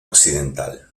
occidental